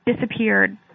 disappeared